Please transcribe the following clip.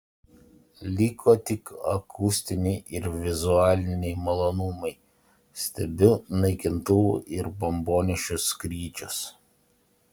liko tik akustiniai ir vizualiniai malonumai stebiu naikintuvų ir bombonešių skrydžius